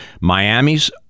Miami's